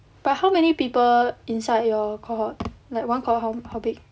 but how many people inside your cohort like one cohort how big